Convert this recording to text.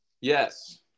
Yes